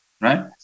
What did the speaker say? right